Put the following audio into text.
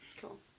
Cool